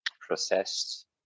processed